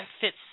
fits